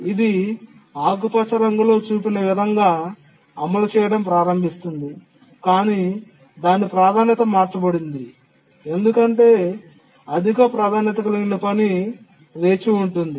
ఇది ఆకుపచ్చ రంగులో చూపిన విధంగా అమలు చేయడం ప్రారంభించింది కాని దాని ప్రాధాన్యత మార్చబడింది ఎందుకంటే అధిక ప్రాధాన్యత కలిగిన పని వేచి ఉంటుంది